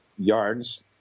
Yards